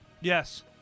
Yes